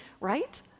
right